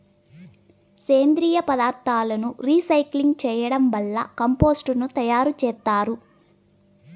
సేంద్రీయ పదార్థాలను రీసైక్లింగ్ చేయడం వల్ల కంపోస్టు ను తయారు చేత్తారు